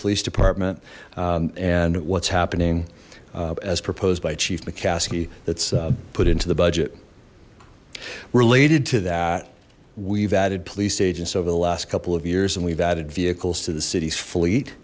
police department and what's happening as proposed by chief mccaskey that's put into the budget related to that we've added police agents over the last couple of years and we've added vehicles to the city's fleet